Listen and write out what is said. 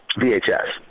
VHS